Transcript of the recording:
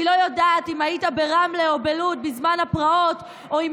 אני לא יודעת אם היית ברמלה או בלוד בזמן הפרעות או אם